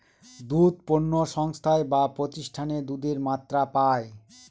দুধ পণ্য সংস্থায় বা প্রতিষ্ঠানে দুধের মাত্রা পায়